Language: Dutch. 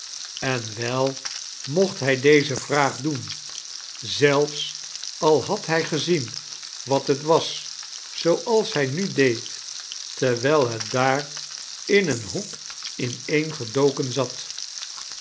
en wel mocht hij deze vraag doen zelfs al had hij gezien wat het was zooals hij nu deed terwijl het daar in een hoek ineengedoken zat